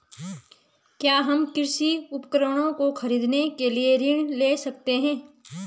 क्या हम कृषि उपकरणों को खरीदने के लिए ऋण ले सकते हैं?